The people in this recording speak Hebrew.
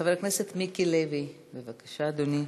חבר הכנסת מיקי לוי, בבקשה, אדוני.